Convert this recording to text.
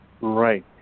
Right